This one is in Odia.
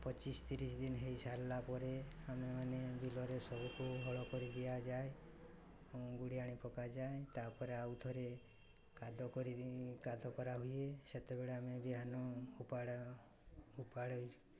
ପଚିଶ ତିରିଶ ଦିନ ହେଇସାରିଲା ପରେ ଆମେମାନେ ବିଲରେ ସବୁକୁ ହଳ କରିଦିଆଯାଏ ଗୁଡ଼ିଆଣି ପକାଯାଏ ତା'ପରେ ଆଉ ଥରେ କାଦ କରି କାଦ କରା ହୁଏ ସେତେବେଳେ ଆମେ ବିହନ ଉପାଡ଼ ଉପାଡ଼